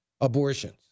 abortions